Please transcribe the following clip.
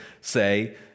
say